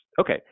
Okay